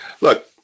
look